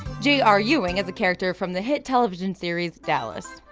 j r. ewing is a character from the hit television series dallas.